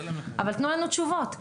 אבל תנו לנו תשובות.